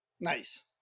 Nice